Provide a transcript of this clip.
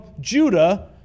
Judah